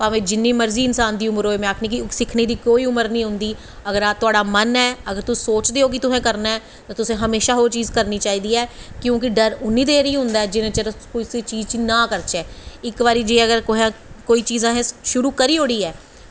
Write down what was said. भामें जिन्नी मर्जी इंसान दी उमर होए सिक्खनें दे कोई उमर नी होंदी अगर तोआड़ा मर ऐ अगर तुस सोचदे ओ कि तुसैं करनां ऐ तां तुसें हमेशा ओह् चीज़ करवनीं चाही दी ऐ क्योंकि डर उन्नी देर गै होंदा ऐ जिन्नी देर अस कुसै चीज़ च नां करचै इक बारी जे कोई चीज़ असैं शुरु करी ओड़ी ऐ